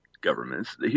governments